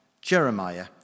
Jeremiah